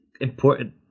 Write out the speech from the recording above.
important